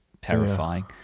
terrifying